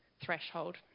threshold